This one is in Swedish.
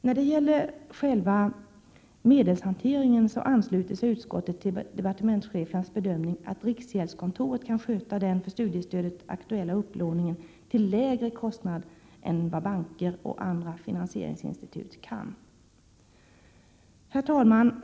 När det gäller själva medelshanteringen ansluter sig utskottet till departementschefens bedömning att riksgäldskontoret kan sköta den för studiestödet aktuella upplåningen till lägre kostnad än vad banker och andra finansieringsinstitut kan. Herr talman!